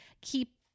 keep